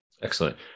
Excellent